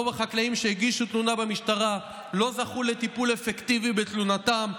רוב החקלאים שהגישו תלונה במשטרה לא זכו לטיפול אפקטיבי בתלונתם,